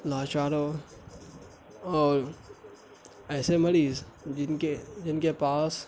لاچاروں اور ایسے مریض جن کے جن کے پاس